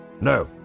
No